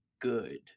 good